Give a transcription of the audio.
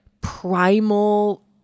primal